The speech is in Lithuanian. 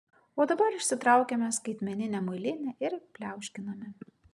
o dabar išsitraukiame skaitmeninę muilinę ir pliauškiname